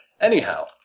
Anyhow